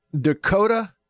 Dakota